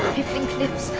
piffling cliffs,